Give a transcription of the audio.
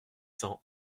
cent